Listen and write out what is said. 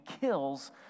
kills